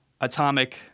atomic